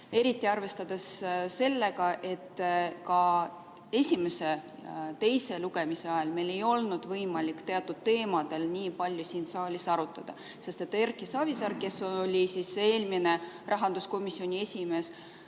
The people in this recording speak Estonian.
eriti arvestades seda, et ka esimese ja teise lugemise ajal meil ei olnud võimalik teatud teemadel nii palju siin saalis arutada. Erki Savisaar, eelmine rahanduskomisjoni esimees,